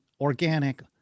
organic